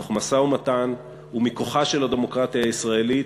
תוך משא-ומתן, ומכוחה של הדמוקרטיה הישראלית,